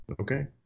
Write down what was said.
Okay